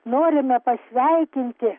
norime pasveikinti